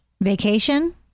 Vacation